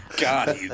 God